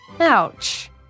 Ouch